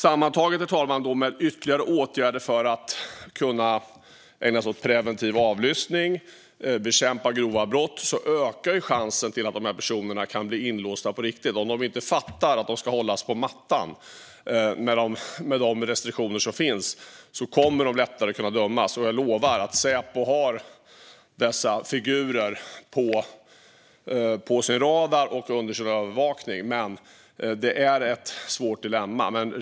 Herr talman! Med ytterligare åtgärder när det gäller preventiv avlyssning och att bekämpa grova brott ökar chansen att dessa personer kan bli inlåsta på riktigt. Om de inte fattar att de ska hållas på mattan med de restriktioner som finns kommer de lättare att kunna dömas. Jag lovar att Säpo har dessa figurer på sin radar och under sin övervakning, men det är ett svårt dilemma.